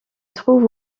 trouve